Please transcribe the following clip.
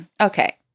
Okay